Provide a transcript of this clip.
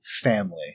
family